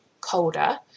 colder